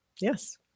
Yes